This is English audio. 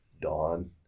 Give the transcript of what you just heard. dawn